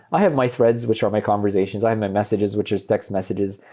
i have my threads, which are my conversations. i have my messages, which is text messages.